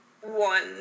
one